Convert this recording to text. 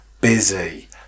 busy